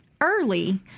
early